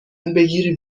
بگیری